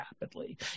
rapidly